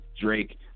Drake